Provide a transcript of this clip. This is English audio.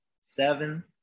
seven